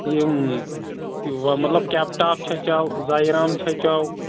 یِم مطلب کیٚپٹاپ چھَچیو زایرام چھَچیو